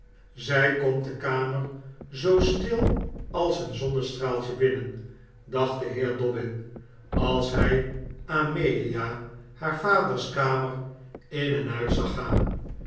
zij komt de kamer zoo stil als een zonnestraaltje binnen dacht de heer dobbin als hij amelia haar vaders kamer in en uit zag gaan